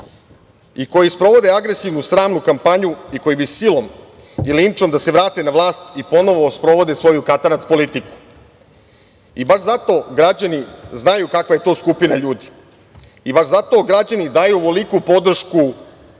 i koji sprovode agresivnu stranu kampanju i koji bi silom i linčom da se vrate na vlast i ponovo sprovode svoju katanac politiku. Baš zato građani znaju kakva je to skupina ljudi i baš zato građani daju ovoliku podršku